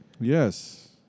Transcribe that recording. Yes